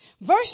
Verse